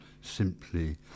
simply